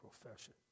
profession